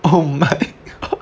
oh my oh